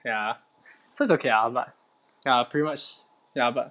ya so is okay lah but ya pretty much ya but